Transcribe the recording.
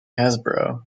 hasbro